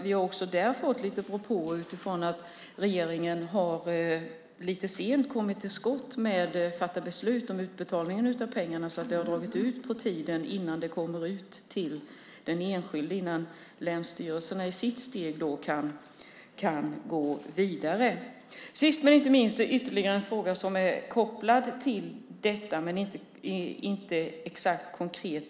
Vi har fått lite propåer om att regeringen har kommit till skott lite sent med att fatta beslut om utbetalningen av pengarna, så det har dragit ut på tiden innan länsstyrelsen i sitt steg har kunnat gå vidare med utbetalning till den enskilde. Sist men inte minst vill jag ta upp ytterligare en fråga.